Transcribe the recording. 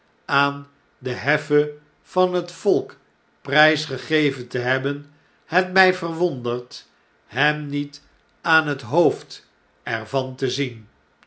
aan de heffe van het volk prysgegeven tehebben het mij verwondert hem niet aan het hoofd in londen en paeijs er van te zien